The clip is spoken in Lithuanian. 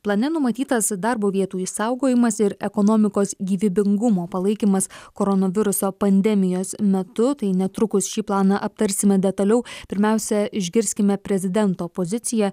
plane numatytas darbo vietų išsaugojimas ir ekonomikos gyvybingumo palaikymas koronaviruso pandemijos metu tai netrukus šį planą aptarsime detaliau pirmiausia išgirskime prezidento poziciją